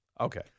Okay